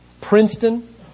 Princeton